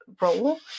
role